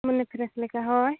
ᱢᱚᱱᱮ ᱯᱷᱨᱮᱥ ᱞᱮᱠᱟ ᱦᱳᱭ